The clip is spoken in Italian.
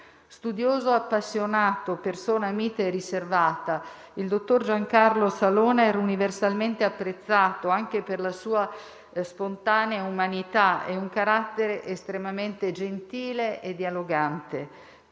Studioso appassionato, persona mite e riservata, il dottor Giancarlo Salone era universalmente apprezzato anche per la sua spontanea umanità e un carattere estremamente gentile e dialogante.